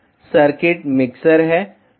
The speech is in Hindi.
सर्किट मिक्सर है